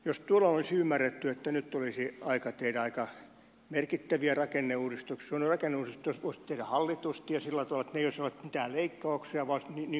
jos tuolloin olisi ymmärretty että nyt olisi aika tehdä aika merkittäviä rakenneuudistuksia nuo rakenneuudistukset olisi voinut tehdä hallitusti ja sillä tavalla että ne eivät olisi olleet mitään leikkauksia vaan nimenomaan uudistuksia